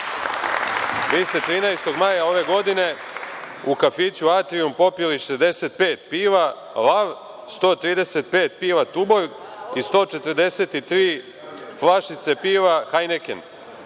Vi ste 13. maja ove godine u kafiću „Atrijum“ popili 65 piva „Lav“, 130 piva „Tuborg“ i 143 flašice piva „Hajniken“